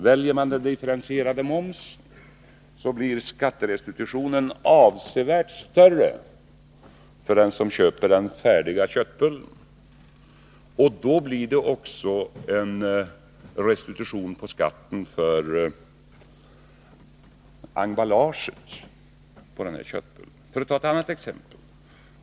Väljer man den differentierade momsen blir skatterestitutionen avsevärt större för den som köper de färdiga köttbullarna. Då blir det också en restitution på skatten för emballaget. Låt mig ta ett annat exempel.